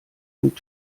und